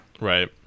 Right